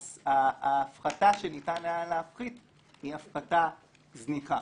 ההפחתה שניתן היה להפחית היא הפחתה זניחה.